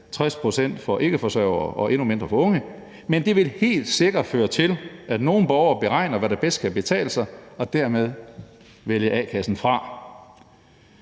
60 pct. for ikkeforsørgere og endnu mindre for unge. Men det vil helt sikkert føre til, at nogle borgere beregner, hvad der bedst kan betale sig, og dermed vil vælger a-kassen fra.